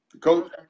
Coach